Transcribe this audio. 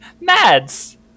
Mads